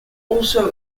also